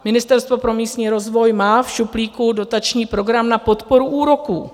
Ministerstvo pro místní rozvoj má v šuplíku dotační program na podporu úroků.